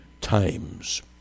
times